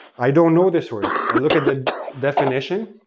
i don't know this word i look at the definition,